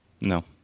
no